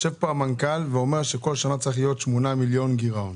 יושב פה המנכ"ל ואומר שבכל שנה צריך להיות 8 מיליון שקל גירעון.